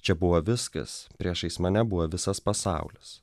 čia buvo viskas priešais mane buvo visas pasaulis